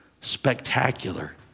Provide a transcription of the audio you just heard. spectacular